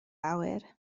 awyr